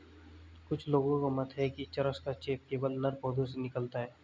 कुछ लोगों का मत है कि चरस का चेप केवल नर पौधों से निकलता है